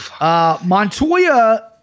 Montoya